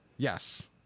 Yes